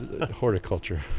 horticulture